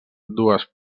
dues